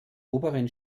oberen